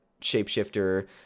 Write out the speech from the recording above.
shapeshifter